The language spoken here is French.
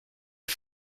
est